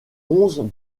onze